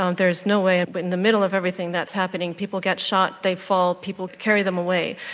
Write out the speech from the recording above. um there is no way. but in the middle of everything that's happening, people get shot, they fall, people carry them away,